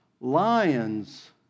lions